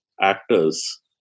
actors